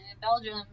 Belgium